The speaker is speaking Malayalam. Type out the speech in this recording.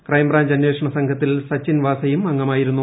ക്രൈംബ്രാഞ്ച് അന്വേഷണ സംഘത്തിൽ സച്ചിൻ വാസയും അംഗമായിരുന്നു